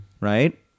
Right